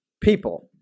people